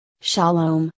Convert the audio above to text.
Shalom